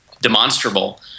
demonstrable